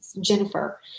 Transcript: Jennifer